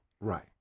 Right